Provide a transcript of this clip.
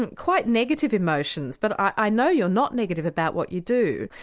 and quite negative emotions but i know you're not negative about what you do.